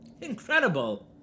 Incredible